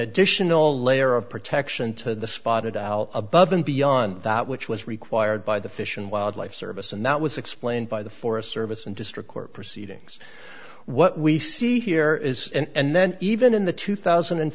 additional layer of protection to the spotted owl above and beyond that which was required by the fish and wildlife service and that was explained by the forest service and district court proceedings what we see here is and then even in the two thousand and